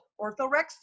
orthorexia